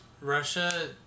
Russia